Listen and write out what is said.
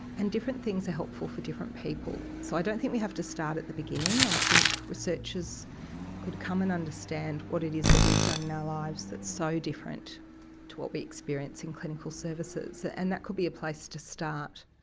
and different things are helpful for different people. so i don't think we have to start at the beginning, i think researchers could come and understand what it is that we've done in our lives that is so different to what we experience in clinical services. and that could be a place to start.